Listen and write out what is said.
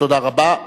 נתקבלה.